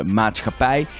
maatschappij